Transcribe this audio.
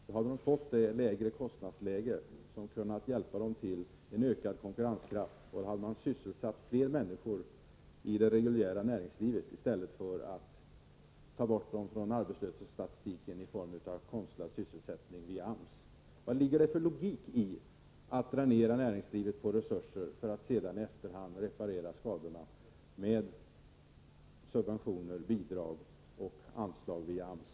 Då hade de fått det lägre kostnadsläge som kunnat hjälpa dem till en ökad konkurrenskraft, och då hade vi sysselsatt flera människor i det reguljära näringslivet, i stället för att ta bort dem från arbetslöshetsstatistiken genom konstlad sysselsättning via AMS. Vad ligger det för logik i att dränera näringslivet på resurser för att sedan i efterhand reparera skadan med subventioner, bidrag och anslag via AMS?